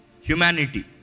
Humanity